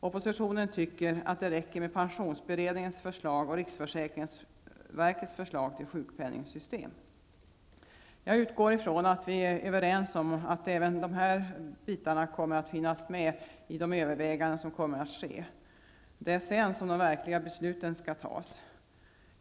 Oppositionen tycker att det räcker med pensionsberedningens förslag och riksförsäkringsverkets förslag till sjukpenningssystem. Jag utgår från att vi är överens om att även de här bitarna kommer att finnas med i de överväganden som kommer att ske. Det är därefter de slutliga besluten skall tas.